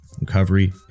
recovery